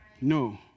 No